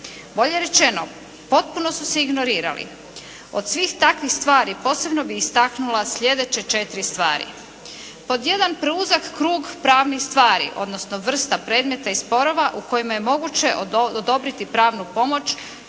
Bolje rečeno, potpuno su se ignorirali. Od svih takvih stvari posebno bih istaknula slijedeće četiri stvari. Pod jedan preuzak krug pravnih stvari, odnosno vrsta predmeta i sporova u kojima je moguće odobriti pravnu pomoć